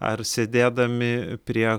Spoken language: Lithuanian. ar sėdėdami prie